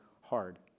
hard